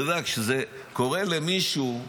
אתה יודע כשזה קורה למישהו,